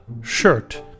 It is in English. shirt